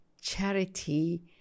charity